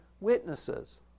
witnesses